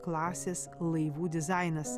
klasės laivų dizainas